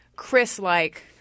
Chris-like